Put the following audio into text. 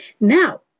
Now